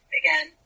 again